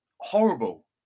horrible